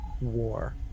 war